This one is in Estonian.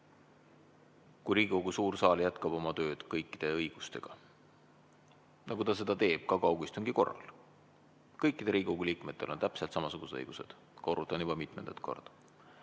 Kui Riigikogu suur saal jätkab oma tööd kõikide õigustega, nagu ta seda teeb ka kaugistungi korral – kõikidel Riigikogu liikmetel on täpselt samasugused õigused, korrutan juba mitmendat korda